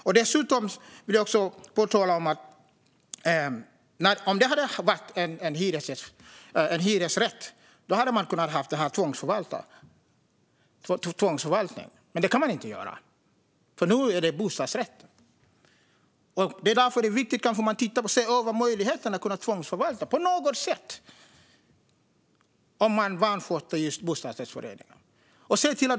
Om det hade varit en hyresfastighet hade den kunnat tvångsförvaltas. Men det kan man inte med en bostadsrättsförening. Därför är det viktigt att se över möjligheten att tvångsförvalta på något sätt om en bostadsrättsförening vansköts.